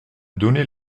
donné